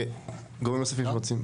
גורמים נוספים שרוצים?